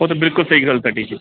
ਉਹ ਤਾਂ ਬਿਲਕੁਲ ਸਹੀ ਗੱਲ ਤੁਹਾਡੀ ਜੀ